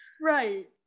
Right